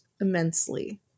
immensely